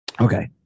Okay